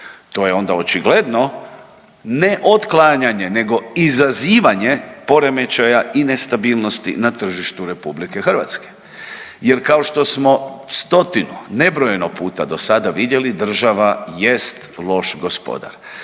To je onda očigledno ne otklanjanje, nego izazivanje poremećaja i nestabilnosti na tržištu Republike Hrvatske. Jer kao što smo stotinu nebrojeno puta do sada vidjeli država jest loš gospodar